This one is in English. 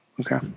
Okay